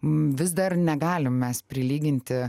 vis dar negalim mes prilyginti